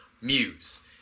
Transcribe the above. Muse